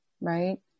right